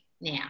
now